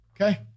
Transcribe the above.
Okay